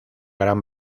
gran